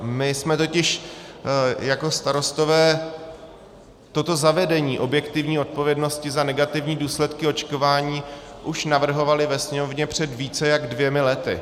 My jsme totiž jako Starostové toto zavedení objektivní odpovědnosti za negativní důsledky očkování už navrhovali ve Sněmovně před více než dvěma lety.